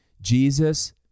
Jesus